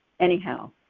Anyhow